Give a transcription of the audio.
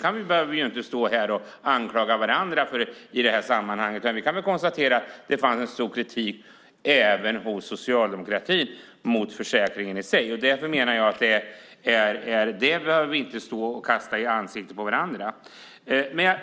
Det behöver vi inte stå här och anklaga varandra för i detta sammanhang, utan vi kan konstatera att det fanns en stor kritik även hos socialdemokratin mot försäkringen i sig. Därför menar jag att vi inte behöver stå och kasta detta i ansiktet på varandra. Det